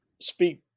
speak